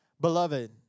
beloved